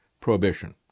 Prohibition